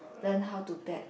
learn how to bet